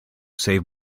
save